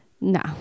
No